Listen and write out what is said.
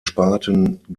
sparten